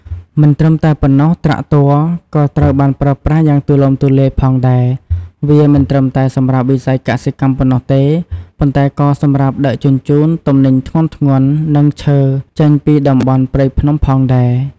មិនត្រឹមតែប៉ុណ្ណោះ ត្រាក់ទ័រ ក៏ត្រូវបានប្រើប្រាស់យ៉ាងទូលំទូលាយផងដែរ វាមិនត្រឹមតែសម្រាប់វិស័យកសិកម្មប៉ុណ្ណោះទេ ប៉ុន្តែក៏សម្រាប់ដឹកជញ្ជូនទំនិញធ្ងន់ៗ និងឈើចេញពីតំបន់ព្រៃភ្នំផងដែរ។